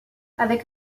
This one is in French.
avec